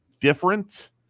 different